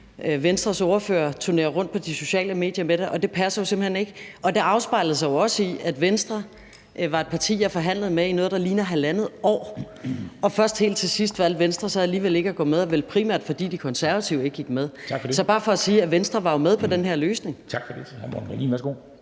Venstres ordfører turnere rundt på de sociale medier med det, men det passer jo simpelt hen ikke. Og det afspejler sig jo også i, at Venstre var et parti, jeg forhandlede med i noget, der ligner halvandet år, og først helt til sidst valgte Venstre så alligevel ikke at gå med – vel primært, fordi De Konservative ikke gik med. Så det er bare for at sige, at Venstre jo var med på den her løsning. Kl.